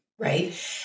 Right